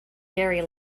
gary